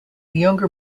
younger